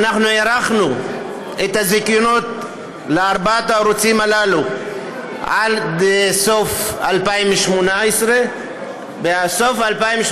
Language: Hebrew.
הארכנו את הזיכיונות לארבעת הערוצים הללו עד סוף 2018. בסוף 2018